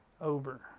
Over